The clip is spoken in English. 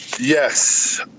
Yes